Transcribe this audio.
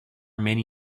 many